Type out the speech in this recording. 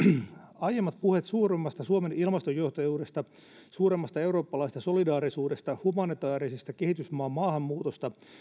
aiemmat puheet suuremmasta suomen ilmastojohtajuudesta suuremmasta eurooppalaisesta solidaarisuudesta humanitaarisesta kehitysmaamaahanmuutosta